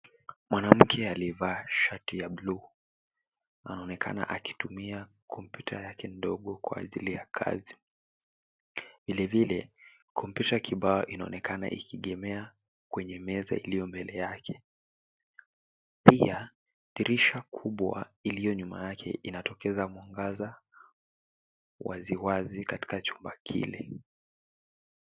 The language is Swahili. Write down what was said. Mwanamke aliyevaa shati ya buluu anaonekana akitumia kompyuta yake ndogo kwa ajili ya kazi. Vilevile kompyuta kibao inaonekana ikigemea kwenye meza ilio mbele yake, pia dirisha kubwa iliyo nyuma yake inatokeza mwangaza waziwazi katika chumba kile.